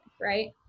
right